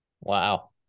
Wow